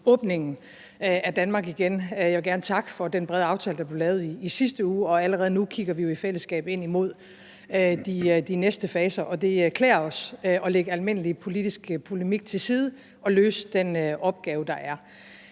åbningen af Danmark igen. Jeg vil gerne takke for den brede aftale, der blev lavet i sidste uge, og allerede nu kigger vi jo i fællesskab ind mod de næste faser. Og det klæder os at lægge almindelig politisk polemik til side og løse den opgave, der er.